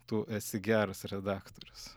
tu esi geras redaktorius